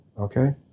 okay